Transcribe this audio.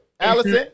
Allison